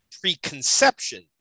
preconception